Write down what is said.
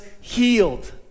healed